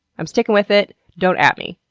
i'm sticking with it, don't at me.